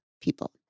people